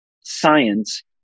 science